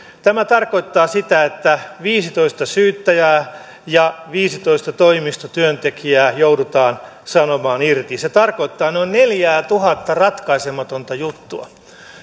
tämä tarkoittaa sitä että viisitoista syyttäjää ja viisitoista toimistotyöntekijää joudutaan sanomaan irti se tarkoittaa noin neljäätuhatta ratkaisematonta juttua